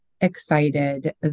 excited